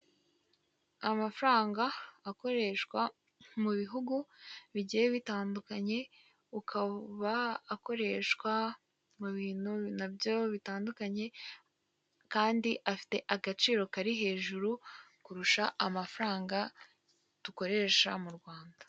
Amafaranga akoreshwa mu bihugu bigiye bitandukanye, akaba akoreshwa mu bintu na byo bitandukanye kandi afite agaciro kari hejuru kurusha amafaranga dukoresha mu Rwanda.